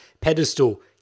Pedestal